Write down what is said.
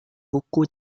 buku